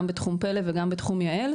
גם בתחום ׳פלא׳ וגם בתחום ׳יעל׳.